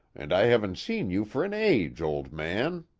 and i haven't seen you for an age, old man.